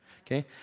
Okay